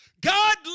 God